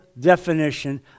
definition